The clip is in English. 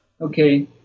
Okay